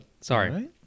Sorry